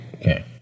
Okay